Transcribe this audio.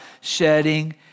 shedding